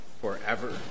forever